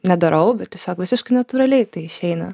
nedarau bet tiesiog visiškai natūraliai tai išeina